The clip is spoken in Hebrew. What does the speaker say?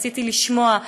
רציתי לשמוע,